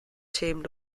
themen